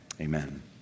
Amen